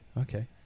Okay